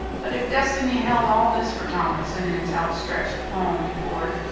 but if destiny held all this for tomlinson in its outstretched palm before it,